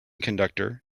conductor